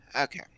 Okay